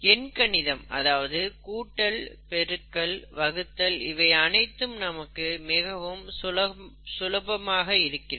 எண்கணிதம் அதாவது கூட்டல் பெருக்கல் வகுத்தல் இவை அனைத்தும் நமக்கு மிகவும் சுலபமாக இருக்கிறது